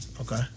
Okay